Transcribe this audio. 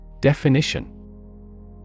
Definition